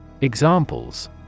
examples